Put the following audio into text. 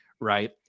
right